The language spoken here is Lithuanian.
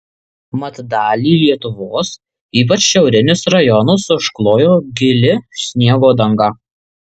mat dalį lietuvos ypač šiaurinius rajonus užklojo gili sniego danga